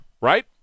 right